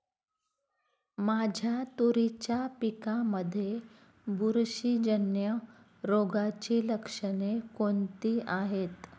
माझ्या तुरीच्या पिकामध्ये बुरशीजन्य रोगाची लक्षणे कोणती आहेत?